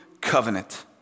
covenant